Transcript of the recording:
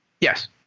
Yes